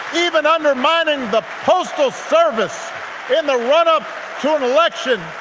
even undermining the postal service in the run-up election